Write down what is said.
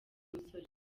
musore